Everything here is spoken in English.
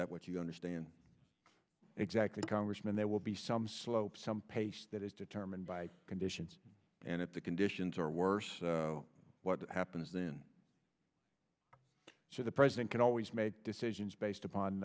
that what you understand exactly congressman there will be some slope some pace that is determined by conditions and if the conditions are worse what happens then so the president can always make decisions based